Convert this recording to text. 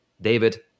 David